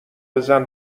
بزن